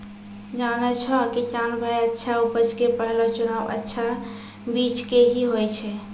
जानै छौ किसान भाय अच्छा उपज के पहलो चुनाव अच्छा बीज के हीं होय छै